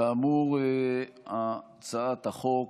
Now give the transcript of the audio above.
כאמור, הצעת החוק,